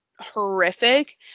horrific